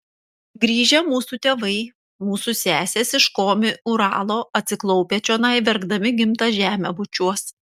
grįžę mūsų tėvai mūsų sesės iš komi uralo atsiklaupę čionai verkdami gimtą žemę bučiuos